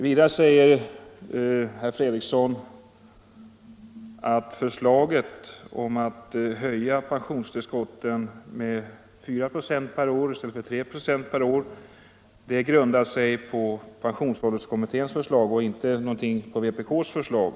Vidare säger herr Fredriksson att förslaget om att höja pensionstillskotten med 4 96 per år i stället för 3 926 grundar sig på pensionsålderskommitténs förslag och inte på något vpk-förslag.